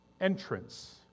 entrance